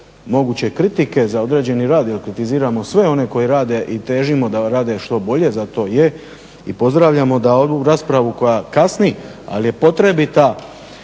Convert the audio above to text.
moguće kritike za određeni rad jer kritiziramo sve one koji rade i težimo da rade što bolje za to je i pozdravljamo da ovu raspravu koja kasni al je potrebita